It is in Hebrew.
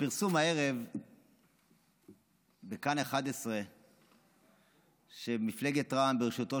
הפרסום הערב בכאן 11 שמפלגת רע"מ בראשותו